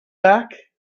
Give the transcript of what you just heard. back